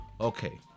Okay